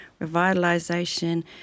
Revitalisation